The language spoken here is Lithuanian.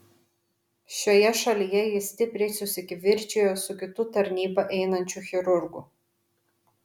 šioje šalyje jis stipriai susikivirčijo su kitu tarnybą einančiu chirurgu